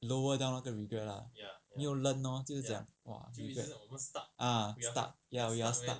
lower down 那个 regret lah 没有 learn loh 就讲 !wah! ah stuck ya we are stuck